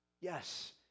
Yes